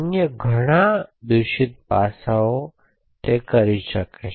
અને અન્ય ઘણા દૂષિત પાસાઓ કરી શકે છે